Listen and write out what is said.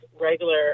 regular